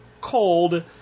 cold